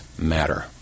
matter